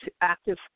active